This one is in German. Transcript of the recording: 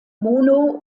mono